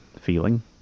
feeling